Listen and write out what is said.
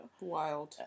Wild